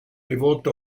rivolta